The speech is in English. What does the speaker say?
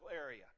area